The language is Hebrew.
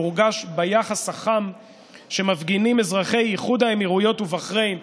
מורגש ביחס החם שמפגינים אזרחי איחוד האמירויות ובחריין